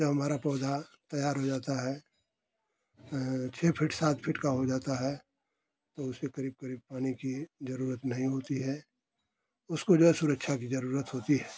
जब हमारा पौधा तैयार हो जाता है छः फिट सात फिट का हो जाता है तो उसे करीब करीब पानी की जरुरत नहीं होती है उसको जो है सुरक्षा की जरुरत होती है